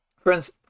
Friends